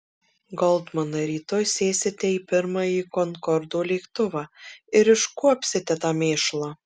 goldmanai rytoj sėsite į pirmąjį konkordo lėktuvą ir iškuopsite tą mėšlą